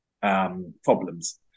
Problems